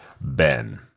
Ben